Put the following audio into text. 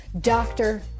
doctor